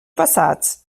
passats